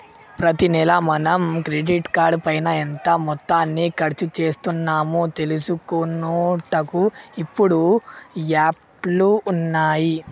ప్రతి నెల మనం క్రెడిట్ కార్డు పైన ఎంత మొత్తాన్ని ఖర్చు చేస్తున్నాము తెలుసుకొనుటకు ఇప్పుడు యాప్లు ఉన్నాయి